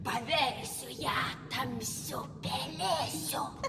paversiu ją tamsiu pelėsiu